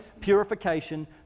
purification